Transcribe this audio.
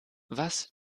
was